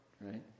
right